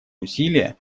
усилия